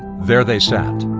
there they sat,